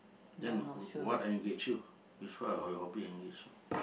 then w~ what engage you which part of your hobby engage you